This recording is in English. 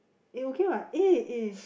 eh okay what eh if